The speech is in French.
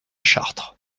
chartres